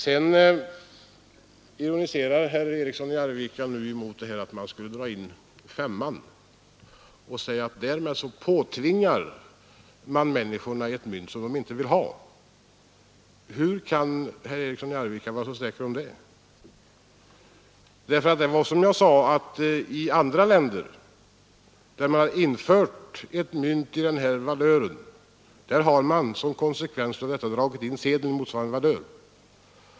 Herr Eriksson i Arvika ironiserade över att man skulle dra in femman och därmed påtvinga människorna ett mynt som de inte vill ha. Hur kan herr Eriksson i Arvika vara så säker på det? Det är som jag sade, att i andra länder där man har infört ett mynt av den här valören, har man som konsekvens av detta dragit in sedeln i motsvarande valör.